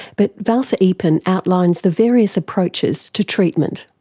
but valsa eapen outlines the various approaches to treatment.